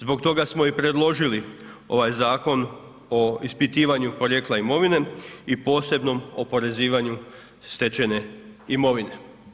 Zbog toga smo i predložili ovaj Zakon o ispitivanju porijekla imovine i posebnom oporezivanju stečene imovine.